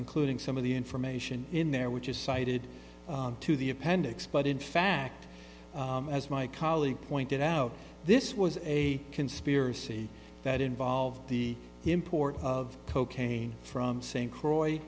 including some of the information in there which is cited to the appendix but in fact as my colleague pointed out this was a conspiracy that involved the import of cocaine from st croix